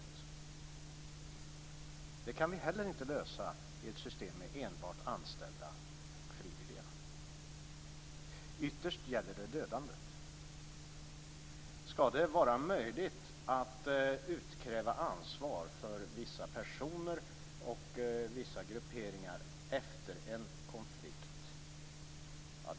Detta kan vi heller inte lösa i ett system med enbart anställda och frivilliga. Ytterst gäller det dödandet. Skall det vara möjligt att utkräva ansvar för vissa personer och vissa grupperingar efter en konflikt?